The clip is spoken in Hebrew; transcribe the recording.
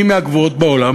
היא מהגבוהות בעולם,